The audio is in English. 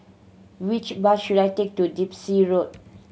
which bus should I take to Dempsey Road